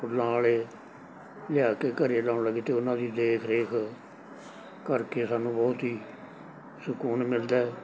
ਫੁੱਲਾਂ ਵਾਲੇ ਲਿਆ ਕੇ ਘਰ ਲਾਉਣ ਲੱਗੇ ਅਤੇ ਉਹਨਾਂ ਦੀ ਦੇਖ ਰੇਖ ਕਰਕੇ ਸਾਨੂੰ ਬਹੁਤ ਹੀ ਸੁਕੂਨ ਮਿਲਦਾ